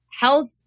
health